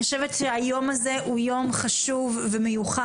אני חושבת שהיום הזה הוא יום חשוב ומיוחד.